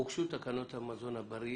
הוגשו תקנות המזון הבריא